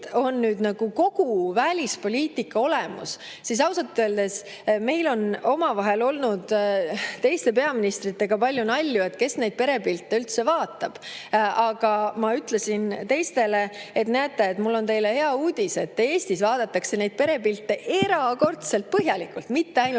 on kogu välispoliitika olemus? Ausalt öeldes oleme saanud teiste peaministritega palju nalja selle üle, et kes neid perepilte üldse vaatab. Aga ma ütlesin teistele, et näete, mul on teile hea uudis, Eestis vaadatakse neid perepilte erakordselt põhjalikult, mitte ainult